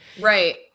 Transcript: Right